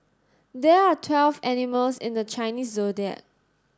there are twelve animals in the Chinese Zodiac